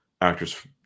Actors